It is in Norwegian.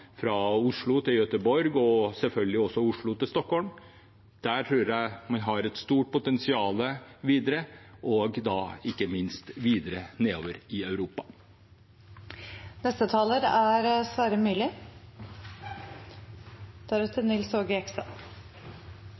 Oslo til Stockholm – tror jeg man har et stort potensial videre, og ikke minst videre nedover i Europa. Det er